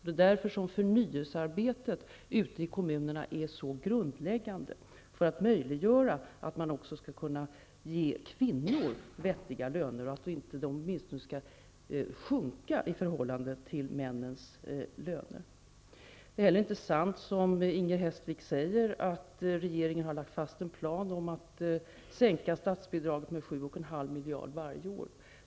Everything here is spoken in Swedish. Det är därför som förnyelsearbetet ute i kommunerna är så grundläggande för att möjliggöra att man också skall kunna ge kvinnor vettiga löner och att de åtminstone inte skall sjunka i förhållande till männens löner. Det är inte heller sant, som Inger Hestvik säger, att regeringen har lagt fast en plan om att sänka statsbidraget med 7,5 miljard varje år.